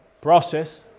process